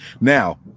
Now